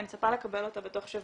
אני מצפה לקבל אותה בתוך שבוע,